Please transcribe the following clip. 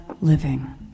living